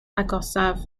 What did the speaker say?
agosaf